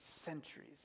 centuries